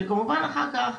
שכמובן אחר כך,